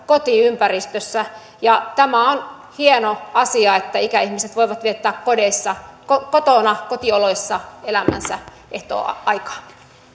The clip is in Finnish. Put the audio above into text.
kotiympäristössä tämä on hieno asia että ikäihmiset voivat viettää kotona kotioloissa elämänsä ehtooaikaa